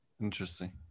interesting